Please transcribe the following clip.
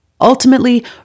Ultimately